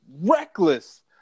reckless